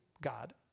God